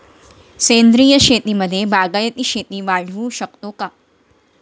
सेंद्रिय शेतीमध्ये बागायती शेती वाढवू शकतो का?